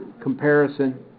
comparison